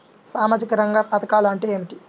సామాజిక రంగ పధకాలు అంటే ఏమిటీ?